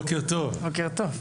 בוקר טוב.